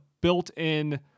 built-in